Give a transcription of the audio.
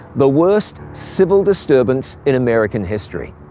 the worst civil disturbance in american history.